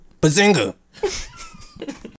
Bazinga